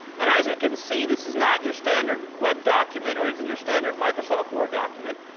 and as you can see, this is not your standard web document or isn't your standard microsoft word document.